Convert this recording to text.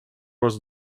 was